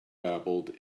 babbled